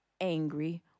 angry